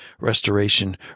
restoration